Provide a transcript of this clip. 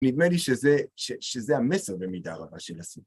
נדמה לי שזה המסר במידה רבה של הסרט.